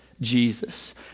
Jesus